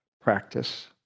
practice